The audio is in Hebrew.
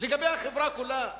לגבי החברה כולה.